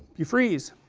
you freeze,